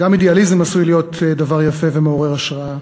גם אידיאליזם עשוי להיות דבר יפה ומעורר השראה,